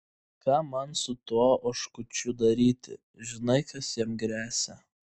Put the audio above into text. ką man su tuo oškučiu daryti žinai kas jam gresia